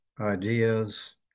ideas